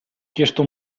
chiesto